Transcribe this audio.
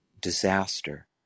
disaster